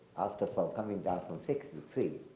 after from coming down from sixty three.